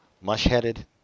mush-headed